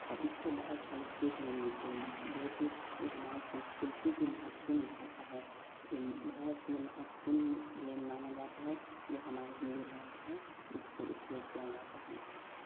और इससे बहुत सारे सीख भी मिलती है जो की यह हमारे संस्क्रिती महतव्पूर्ण भाषा है यह भारत के लिए महत्वपूर्ण यह माना जाता है जो हमारा हिंदी भाषा है इसको उपयोग किया जाता है